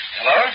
Hello